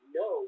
no